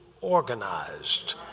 organized